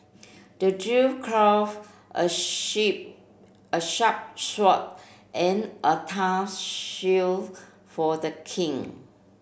the dwarf craft a shape a sharp sword and a tough shield for the king